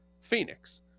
Phoenix